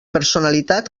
personalitat